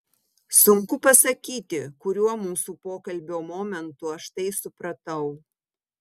sunku pasakyti kuriuo mūsų pokalbio momentu aš tai supratau